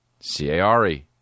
C-A-R-E